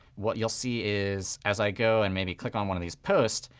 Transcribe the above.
what you'll see is as i go and maybe click on one of these posts,